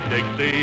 Dixie